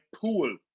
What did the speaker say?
pool